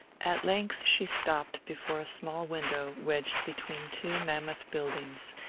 at length she stopped before a small window wedged between two mammoth buildings,